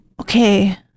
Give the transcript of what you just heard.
okay